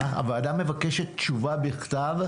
הוועדה מבקשת תשובה בכתב.